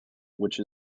which